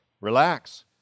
Relax